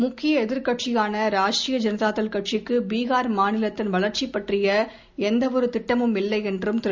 முக்கிய எதிர்க்கட்சியாள ராஷ்ட்ரீய ஜனதா தள் க்கு பீகார் மாநிலத்தின் வளர்ச்சி பற்றிய எந்தவொரு திட்டமும் இல்லை என்றும் திரு